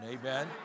Amen